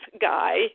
guy